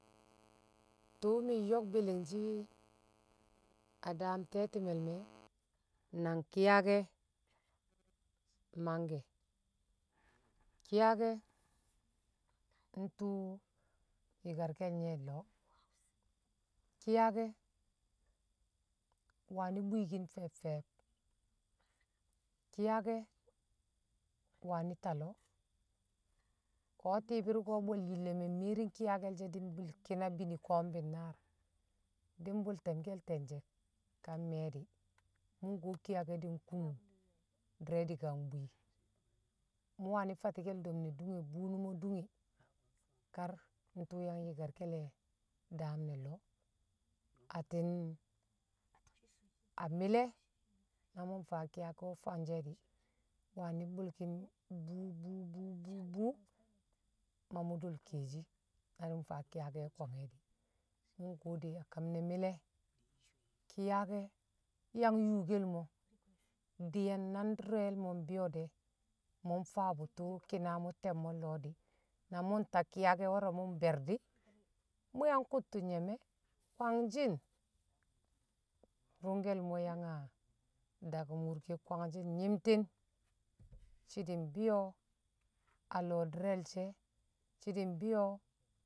tṵṵ mi̱ nyo̱k bi̱li̱ngshi̱ a daam tetime le̱ me̱ nang ki̱yake̱ mangke ki̱yake̱ ntṵṵ yikarkel nye a lo̱o̱. ki̱yake̱ wani̱ bwi̱ki̱n fe̱bfe̱b ki̱yake̱ wani̱ ta lo̱ me̱ mmiyering, ki̱yake̱l di̱ mbṵ bini ko̱o̱m bi̱nnaar di̱ mbṵ te̱m te̱nje̱ ka mme̱e̱ di̱, mṵ nkuwo ki̱yake̱ di̱ nkun di̱re dikan bwii, mṵ waani̱ fati̱ke̱l do̱m ne dunge bwu numo dung kar ntwṵ yang yi̱karke̱l daam ne lo̱o̱ atti̱n a mi̱le̱ na mfaa ki̱ yake̱ o̱ farshe di̱, waam bṵlki̱n buu buu buu buu ma mṵ dol kiyeshi na mṵ mtaa ki̱yake̱ o̱ kulange̱ di̱, mṵ nkuwo a kam ne̱ mi̱le̱ ki̱yake̱ yang yṵṵ ke̱l mo̱ di̱ye̱n na ndi̱re̱l mo̱ mbi̱yo̱de̱ mṵ mfaabṵ tṵṵ kina mṵ te̱m mo̱ lo̱ di̱, na mṵ nta ki̱yake̱ wo̱ro̱ mṵ be̱r di̱, mu yang kṵttṵ nyi̱me̱ kwamngshi̱n nṵngke̱l kwangshi̱n nyi̱mti̱n shi di mbi̱yo̱ a lo̱ di̱re̱l she̱, shi di̱ mbi̱yo̱